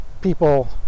people